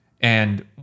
And-